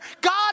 God